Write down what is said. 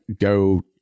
go